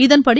இதன்படி